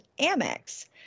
Amex